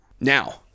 Now